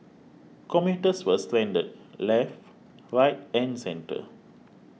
commuters were stranded left right and centre